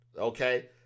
okay